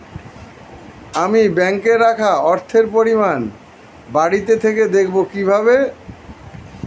আমি ব্যাঙ্কে রাখা অর্থের পরিমাণ বাড়িতে থেকে দেখব কীভাবে?